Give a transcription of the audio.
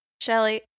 Shelly